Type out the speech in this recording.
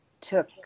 took